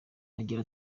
agira